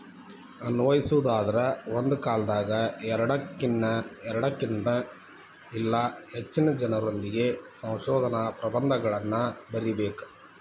ಅನ್ವಯಿಸೊದಾದ್ರ ಒಂದ ಕಾಲದಾಗ ಎರಡಕ್ಕಿನ್ತ ಇಲ್ಲಾ ಹೆಚ್ಚಿನ ಜನರೊಂದಿಗೆ ಸಂಶೋಧನಾ ಪ್ರಬಂಧಗಳನ್ನ ಬರಿಬೇಕ್